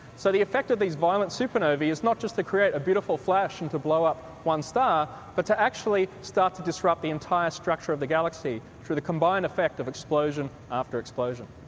so the effect of these violent supernovae is not just to create a beautiful flash and to blow up one star but to actually start to disrupt the entire structure of the galaxy through the combined effect of explosion after explosion.